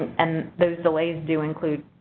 and those delays do include,